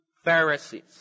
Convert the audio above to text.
Pharisees